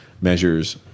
measures